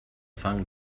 fang